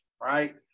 right